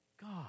God